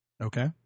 Okay